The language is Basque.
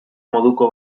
moduko